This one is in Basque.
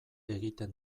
egiten